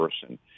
person